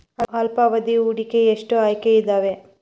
ಅಲ್ಪಾವಧಿ ಹೂಡಿಕೆಗೆ ಎಷ್ಟು ಆಯ್ಕೆ ಇದಾವೇ?